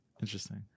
Interesting